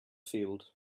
field